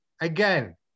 again